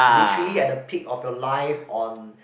literally at the peak of your life on